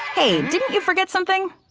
hey, didn't you forget something?